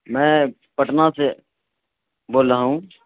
میں پٹنہ سے بول رہا ہوں